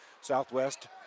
Southwest